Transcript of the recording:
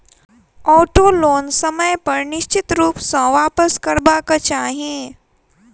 auto loan समय पर निश्चित रूप सॅ वापसकरबाक चाही